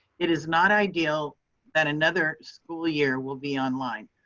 it is not ideal that another school year will be online,